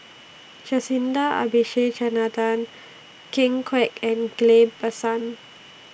Jacintha Abisheganaden Ken Kwek and Ghillie BaSan